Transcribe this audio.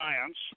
science